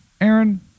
aaron